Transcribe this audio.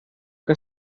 que